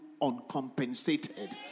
uncompensated